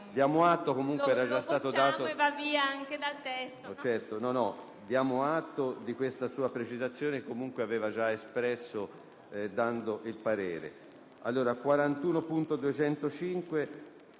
Prendiamo atto della sua precisazione che, comunque, aveva già espresso dando il parere